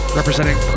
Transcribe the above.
representing